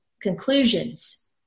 conclusions